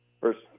first